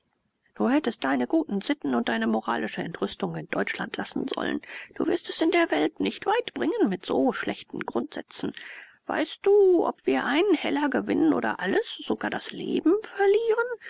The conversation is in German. du hättest deine guten sitten und deine moralische entrüstung in deutschland lassen sollen du wirst es in der welt nicht weit bringen mit so schlechten grundsätzen weißt du ob wir einen heller gewinnen oder alles sogar das leben verlieren